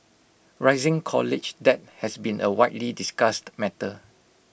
rising college debt has been A widely discussed matter